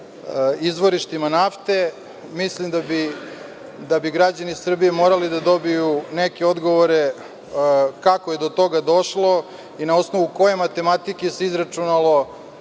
izvorištima nafte. Mislim da bi građani Srbije morali da dobiju neke odgovore kako je do toga došlo i na osnovu koje matematike se izračunalo